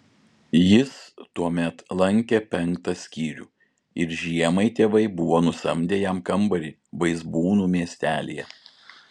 jis tuomet lankė penktą skyrių ir žiemai tėvai buvo nusamdę jam kambarį vaizbūnų miestelyje